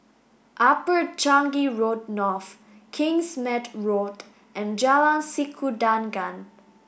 Upper Changi Road North Kingsmead Road and Jalan Sikudangan